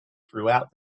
throughout